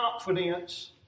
confidence